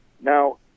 Now